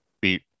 beat